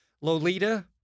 Lolita